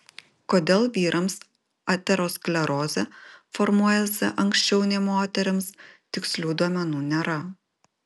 kodėl vyrams aterosklerozė formuojasi anksčiau nei moterims tikslių duomenų nėra